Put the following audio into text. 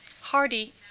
Hardy